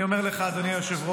אני אומר לך, אדוני היושב-ראש,